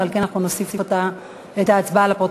ועל כן אנחנו נוסיף את ההצבעה לפרוטוקול.